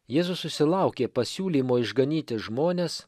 jėzus susilaukė pasiūlymo išganyti žmones